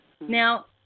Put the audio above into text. now